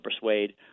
persuade